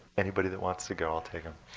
anybody that wants to go i'll take them.